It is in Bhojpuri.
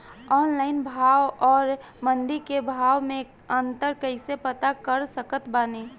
ऑनलाइन भाव आउर मंडी के भाव मे अंतर कैसे पता कर सकत बानी?